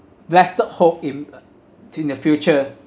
blessed hope in in the future